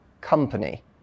company